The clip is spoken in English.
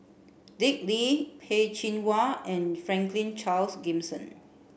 Dick Lee Peh Chin Hua and Franklin Charles Gimson